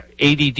ADD